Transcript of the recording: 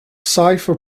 cipher